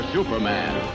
Superman